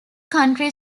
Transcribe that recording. country